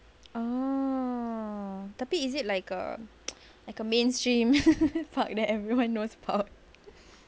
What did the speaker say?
oh tapi is it like a like a mainstream park then everywhere knows about